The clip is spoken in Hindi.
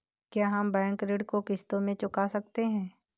क्या हम बैंक ऋण को किश्तों में चुका सकते हैं?